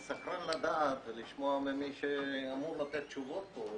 סקרן לדעת ולשמוע ממי שאמור לתת תשובות מה